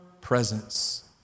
presence